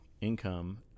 income